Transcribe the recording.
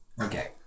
Okay